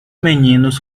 meninos